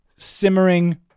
Simmering